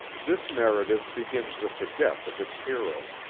this narrative begins with the death of its hero.